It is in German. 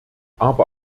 aber